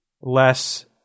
less